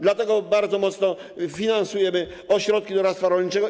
Dlatego bardzo mocno finansujemy ośrodki doradztwa rolniczego.